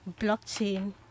blockchain